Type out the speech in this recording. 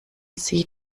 sie